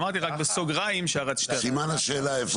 אמרתי רק בסוגריים ש --- סימן השאלה איפה?